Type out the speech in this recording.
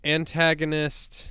antagonist